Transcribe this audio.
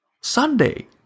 Sunday